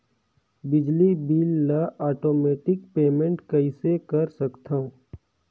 बिजली बिल ल automatic payment कइसे कर सकथव?